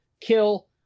kill